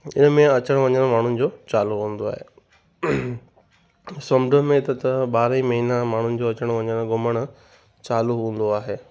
हिन में अचण वञण माण्हुनि जो चालू हूंदो आहे समुंड में त त ॿारहां ई महीना माण्हुनि जो अचण वञण घुमण चालू हूंदो आहे